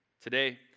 Today